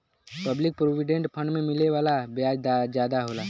public provident fund पे मिले वाला ब्याज जादा होला